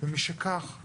משכך,